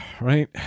right